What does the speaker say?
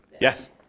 Yes